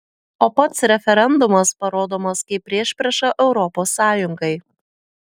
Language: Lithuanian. o pats referendumas parodomas kaip priešprieša europos sąjungai